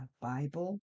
Bible